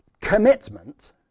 Commitment